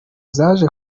zaje